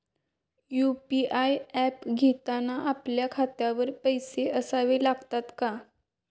UPI app घेताना आपल्या खात्यात पैसे असावे लागतात का?